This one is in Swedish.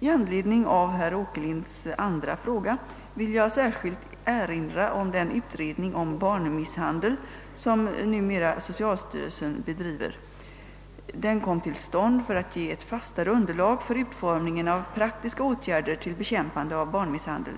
I anledning av herr Åkerlinds andra fråga vill jag särskilt erinra om den utredning om barnmisshandel som numera socialstyrelsen bedriver. Den kom till stånd för att ge ett fastare underlag för utformningen av praktiska åtgärder till bekämpande av barnmisshandel.